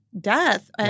death